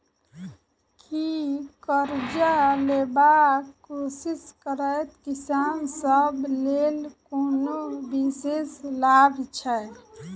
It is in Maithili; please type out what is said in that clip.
की करजा लेबाक कोशिश करैत किसान सब लेल कोनो विशेष लाभ छै?